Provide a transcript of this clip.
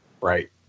Right